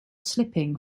slipping